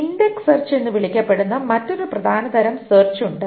index search എന്ന് വിളിക്കപ്പെടുന്ന മറ്റൊരു പ്രധാന തരം സെർച്ച് ഉണ്ട്